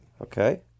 Okay